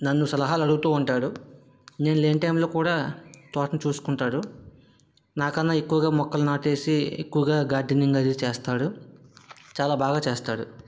నన్ను సలహాలు అడుగుతూ ఉంటాడు నేను లేని టైంలో కూడా తోటను చూసుకుంటాడు నాకన్నా ఎక్కువగా మొక్కలు నాటేసి ఎక్కువగా గార్డెన్నింగ్ అది చేస్తాడు చాలా బాగా చేస్తాడు